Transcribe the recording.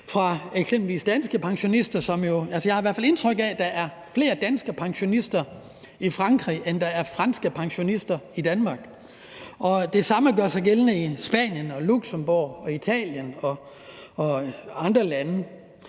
fra f.eks. danske pensionister. Jeg har i hvert fald indtryk af, at der er flere danske pensionister i Frankrig, end der er franske pensionister i Danmark, og det samme gør sig gældende i Spanien, Luxembourg, Italien og andre lande.